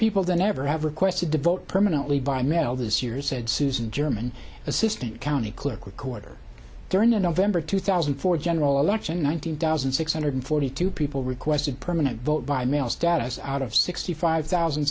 people than ever have requested to vote permanently by mel this year said susan german assistant county clerk recorder during the november two thousand and four general election nineteen thousand six hundred forty two people requested permanent vote by mail status out of sixty five thousand